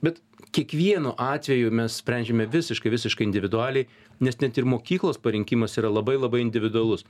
bet kiekvienu atveju mes sprendžiame visiškai visiškai individualiai nes net ir mokyklos parinkimas yra labai labai individualus